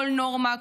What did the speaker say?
כל נורמה,